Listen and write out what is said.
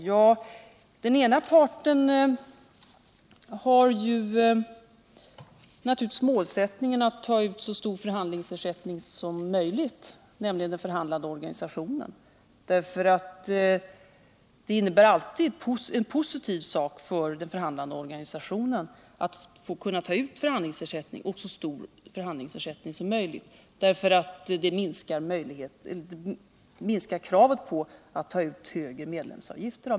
Ja, den ena parten har naturligtvis målsättningen att ta ut så stor förhandlingsersättning som möjligt, nämligen den förhandlande organisationen, eftersom det alltid innebär en positiv sak för den organisationen. Det minskar behovet av högre medlemsavgifter.